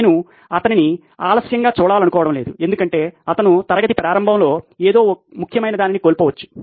నేను అతనిని ఆలస్యంగా చూడాలనుకోవడం లేదు ఎందుకంటే అతను తరగతి ప్రారంభంలో ఏదో ముఖ్యమైనదాన్ని కోల్పోవచ్చు